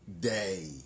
day